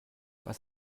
was